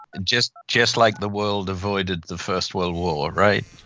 just just like the world avoided the first world war right?